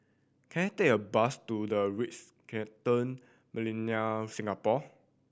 can I take a bus to The Ritz Carlton Millenia Singapore